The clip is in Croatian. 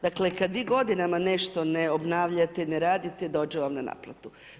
Dakle kad vi godinama nešto ne obnavljate i ne radite dođe vam na naplatu.